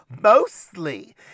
Mostly